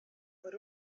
por